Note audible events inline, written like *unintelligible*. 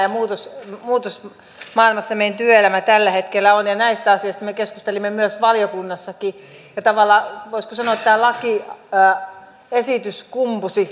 *unintelligible* ja muutosmaailmassa meidän työelämämme tällä hetkellä on ja näistä asioista me keskustelimme valiokunnassakin ja tavallaan voisiko sanoa tämä lakiesitys kumpusi *unintelligible*